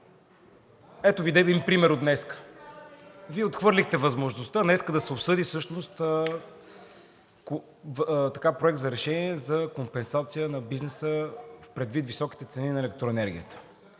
Ето Ви един пример от днес – Вие отхвърлихте възможността днес да се обсъди всъщност Проект за решение за компенсация на бизнеса предвид високите цени на електроенергията.